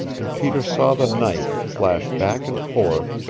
and peter saw the knife flash back and forth,